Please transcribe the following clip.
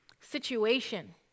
situation